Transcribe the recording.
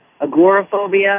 agoraphobia